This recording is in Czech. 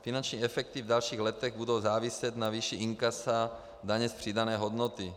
Finanční efekty v dalších letech budou záviset na výši inkasa daně z přidané hodnoty.